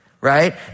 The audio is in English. right